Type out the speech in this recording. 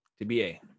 tba